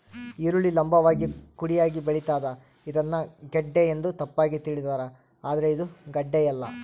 ಈರುಳ್ಳಿ ಲಂಭವಾಗಿ ಕುಡಿಯಾಗಿ ಬೆಳಿತಾದ ಇದನ್ನ ಗೆಡ್ಡೆ ಎಂದು ತಪ್ಪಾಗಿ ತಿಳಿದಾರ ಆದ್ರೆ ಇದು ಗಡ್ಡೆಯಲ್ಲ